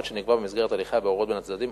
שנקבע במסגרת הליכי הבוררות בין הצדדים,